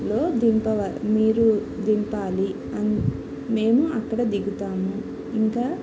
లో దింపవ మీరు దింపాలి అన్ మేము అక్కడ దిగుతాము ఇంకా